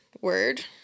word